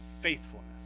faithfulness